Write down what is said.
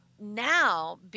Now